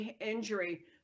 injury